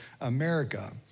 America